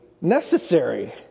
necessary